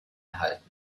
erhalten